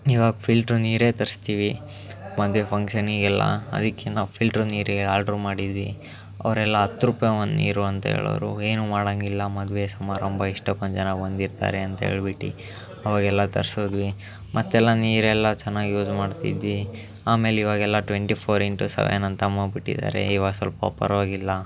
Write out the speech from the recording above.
ಈವಾಗ ಫಿಲ್ಟ್ರ್ ನೀರೇ ತರಿಸ್ತೀವಿ ಮದುವೆ ಫಂಕ್ಷನಿಗೆಲ್ಲ ಅದಕ್ಕೆ ನಾವು ಫಿಲ್ಟ್ರ್ ನೀರಿಗೆ ಆಡ್ರು ಮಾಡಿದ್ವಿ ಅವರೆಲ್ಲ ಹತ್ತು ರೂಪಾಯಿ ಒಂದು ನೀರು ಅಂತ ಹೇಳೋರು ಏನೂ ಮಾಡೋಂಗಿಲ್ಲ ಮದುವೆ ಸಮಾರಂಭ ಎಷ್ಟೊಂದು ಜನ ಬಂದಿರ್ತಾರೆ ಅಂಥೇಳ್ಬಿಟ್ಟು ಆವಾಗೆಲ್ಲ ತರಿಸಿದ್ವಿ ಮತ್ತೆಲ್ಲ ನೀರೆಲ್ಲ ಚೆನ್ನಾಗಿ ಯೂಸ್ ಮಾಡ್ತಿದ್ವಿ ಆಮೇಲೆ ಇವಾಗೆಲ್ಲ ಟ್ವೆಂಟಿಫೋರ್ ಇಂಟು ಸೆವೆನ್ ಅಂತ ಮಾಡಿಬಿಟ್ಟಿದ್ದಾರೆ ಈವಾಗ ಸ್ವಲ್ಪ ಪರವಾಗಿಲ್ಲ